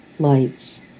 lights